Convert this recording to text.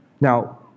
Now